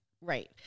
right